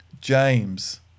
James